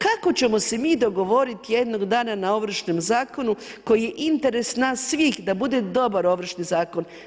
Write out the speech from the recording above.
Kako ćemo se mi dogovoriti jednog dana na Ovršnom zakonu koji je interes nas svih da bude dobar Ovršni zakon.